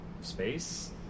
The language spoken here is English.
space